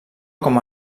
com